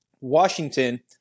Washington